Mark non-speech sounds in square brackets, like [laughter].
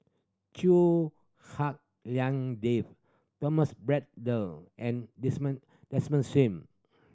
[unintelligible] Hak Lien Dave Thomas Braddell and [unintelligible] Desmond Sim